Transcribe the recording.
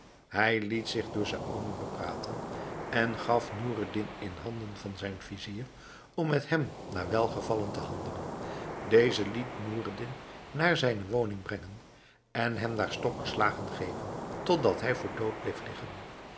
hij liet zich door saony bepraten en gaf noureddin in handen van zijn vizier om met hem naar welgevallen te handelen deze liet noureddin naar zijne woning brengen en hem daar stokslagen geven totdat hij voor dood bleef liggen